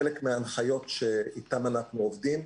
חלק מההנחיות שאיתן אנחנו עובדים,